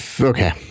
Okay